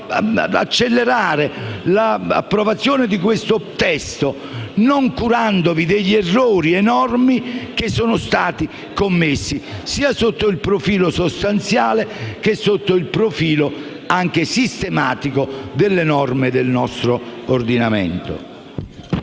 accelerare l'approvazione di questo testo, non curandovi degli enormi errori che sono stati commessi sia sotto il profilo sostanziale, che sotto il profilo sistematico delle norme del nostro ordinamento.